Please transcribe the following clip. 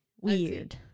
Weird